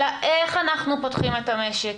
אלא איך אנחנו פותחים את המשק,